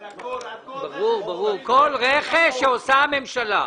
על כל רכש שעושה הממשלה.